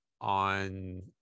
on